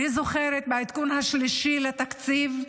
אני זוכרת שבעדכון השלישי לתקציב,